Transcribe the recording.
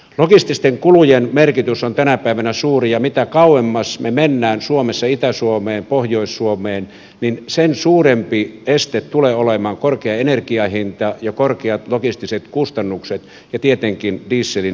logististen kulujen merkitys on tänä päivänä suuri ja mitä kauemmas me menemme suomessa itä suomeen pohjois suomeen niin sen suurempi este tulee olemaan korkea energiahinta ja korkeat logistiset kustannukset ja tietenkin dieselin hinta